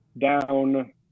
down